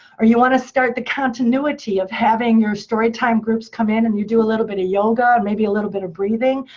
or you want to start the continuity of having your story time groups come in and you do a little bit of yoga, maybe a little bit of breathing,